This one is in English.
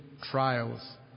trials